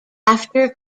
after